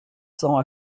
cents